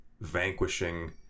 vanquishing